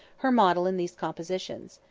her model in these compositions.